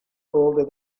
older